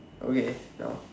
okay down